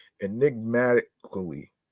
Enigmatically